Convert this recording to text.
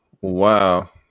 Wow